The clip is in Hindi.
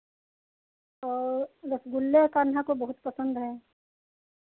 और रसगुल्ले कान्हा को बहुत पसंद हैं